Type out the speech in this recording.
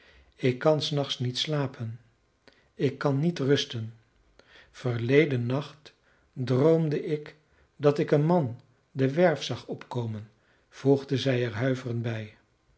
ik kan des nachts niet slapen ik kan niet rusten verleden nacht droomde ik dat ik een man de werf zag opkomen voegde zij er huiverend bij